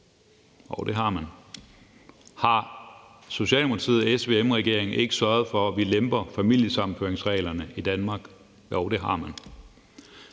Jo, det har man. Har Socialdemokratiet og SVM-regeringen ikke sørget for, at vi lemper familiesammenføringsreglerne i Danmark? Jo, det har man.